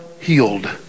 healed